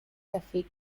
cafe